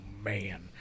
man